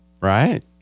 Right